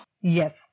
Yes